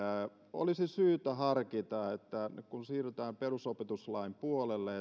olisi syytä harkita että kun siirrytään perusopetuslain puolelle